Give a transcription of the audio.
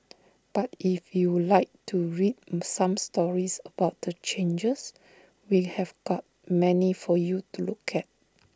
but if you like to read some stories about the changes we have got many for you to look at